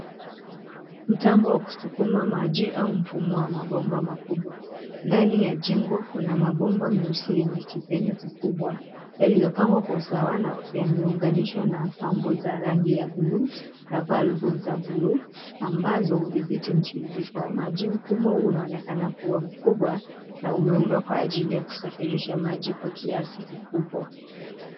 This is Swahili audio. Mtambo wa kusukuma maji au mfumo wa mabomba makubwa. Ndani ya jengo kuna mabomba meusi yenye kipenyo kikubwa yaliyopangwa kwa usawa na yameunganishwa kwa pambo za rangi ya buluu ya valvu za buluu ambazo hudhibiti mtiririko wa maji. Mfumo huu unaonekana kuwa mkubwa na umeundwa kwa ajili ya kusafirisha maji kwa kiasi kikubwa.